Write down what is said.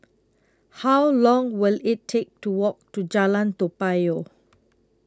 How Long Will IT Take to Walk to Jalan Toa Payoh